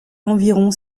environ